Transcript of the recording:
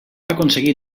aconseguir